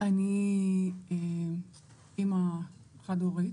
אני אימא חד הורית,